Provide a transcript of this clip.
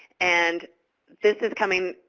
and this is coming,